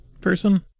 person